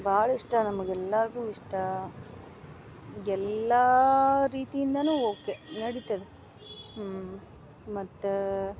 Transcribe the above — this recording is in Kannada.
ಭಾಳ ಇಷ್ಟ ನಮಗೆಲ್ಲಾರ್ಗು ಇಷ್ಟ ಎಲ್ಲಾ ರೀತಿಯಿಂದನು ಓಕೆ ನಡೀತದೆ ಮತ್ತಾ